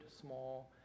small